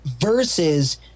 versus –